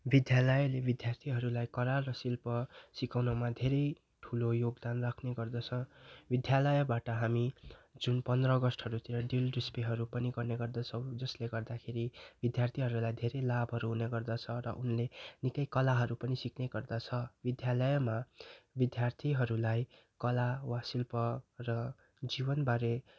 विद्यालयले विद्यार्थीहरूलाई कला र शिल्प सिकाउनमा धेरै ठुलो योगदान राख्ने गर्दछ विद्यालयबाट हामी जुन पन्ध्र अगस्टहरूतिर ड्रिल डिस्प्लेहरू पनि गर्ने गर्दछौँ जसले गर्दाखेरि विद्यार्थीहरूलाई धेरै लाभहरू हुने गर्दछ र उनले निकै कलाहरू पनि सिक्ने गर्दछ विद्यालयमा विद्यार्थीहरूलाई कला वा शिल्प र जीवनबारे